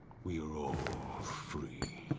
we are all free.